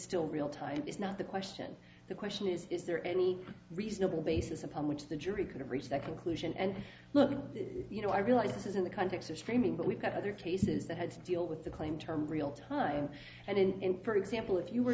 still real time is not the question the question is is there any reasonable basis upon which the jury could have reached that conclusion and you know i realize this is in the context of screaming but we've got other cases that had to deal with the claimed term real time and in for example if you were